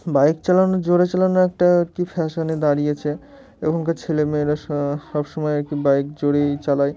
bike চালানো জোরে চালানো একটা আর কি ফ্যাশানে দাঁড়িয়েছে এখনকার ছেলেমেয়েরা সব সমময় আর কি বাইক জোরেই চালায়